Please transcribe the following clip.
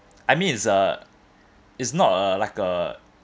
I mean it's uh it's not a like a